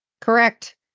correct